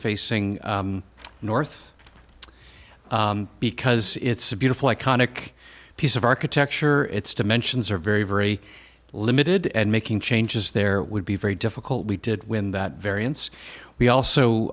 facing north because it's a beautiful iconic piece of architecture its dimensions are very very limited and making changes there would be very difficult we did win that variance we also